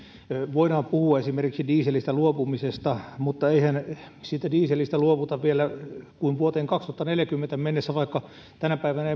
voidaan puhua esimerkiksi dieselistä luopumisesta mutta eihän siitä dieselistä luovuta vielä ennen kuin vuoteen kaksituhattaneljäkymmentä mennessä vaikka tänä päivänä